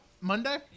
Monday